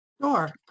Sure